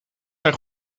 zijn